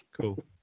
Cool